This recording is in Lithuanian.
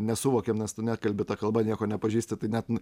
nesuvokėm nes tu nekalbi ta kalba nieko nepažįsti tai net